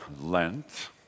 Lent